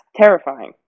terrifying